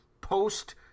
post-